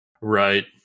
Right